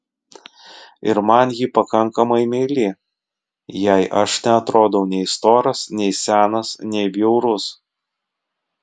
ir man ji pakankamai meili jai aš neatrodau nei storas nei senas nei bjaurus